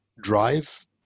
drive